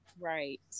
Right